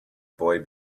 boy